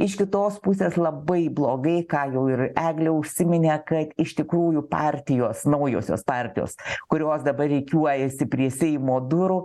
iš kitos pusės labai blogai ką jau ir eglė užsiminė kad iš tikrųjų partijos naujosios partijos kurios dabar rikiuojasi prie seimo durų